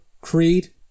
Creed